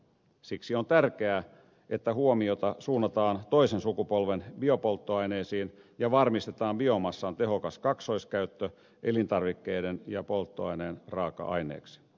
siksi on tärkeää että huomiota suunnataan toisen sukupolven biopolttoaineisiin ja varmistetaan biomassan tehokas kaksoiskäyttö elintarvikkeiden ja polttoaineen raaka aineeksi